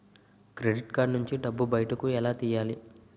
Credit card నుంచి డబ్బు బయటకు ఎలా తెయ్యలి?